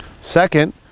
Second